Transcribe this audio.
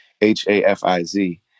H-A-F-I-Z